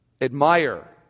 admire